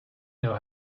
know